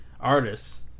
artists